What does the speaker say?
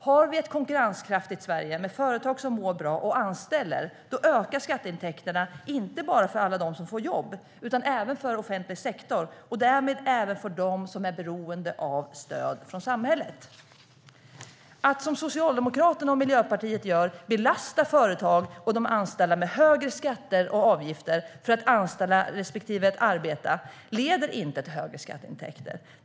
Har vi ett konkurrenskraftigt Sverige med företag som mår bra och anställer ökar skatteintäkterna inte bara för alla dem som får jobb, utan även för offentlig sektor och därmed även för dem som är beroende av stöd från samhället. Att belasta företag och anställda med högre skatter och avgifter för att anställa respektive arbeta, som Socialdemokraterna och Miljöpartiet gör, leder inte till högre skatteintäkter.